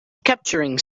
capturing